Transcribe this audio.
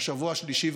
בשבוע השני,